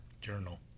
journal